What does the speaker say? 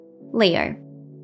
leo